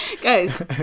Guys